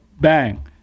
Bang